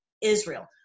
Israel